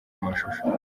amashusho